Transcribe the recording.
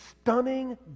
stunning